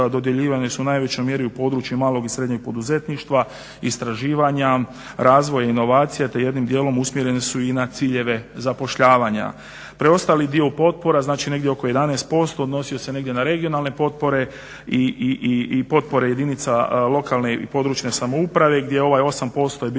dodjeljivane su u najvećoj mjeri u području malog i srednjeg poduzetništva, istraživanja, razvoja i inovacija, te jednim dijelom usmjerene su i na ciljeve zapošljavanja. Preostali dio potpora negdje oko 11% odnosio se negdje na regionalne potpore i potpore jedinca lokalne i područne samouprave gdje je 8% bilo